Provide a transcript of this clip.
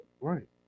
Right